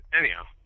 anyhow